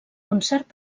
concert